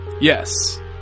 Yes